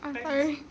I'm sorry